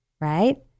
right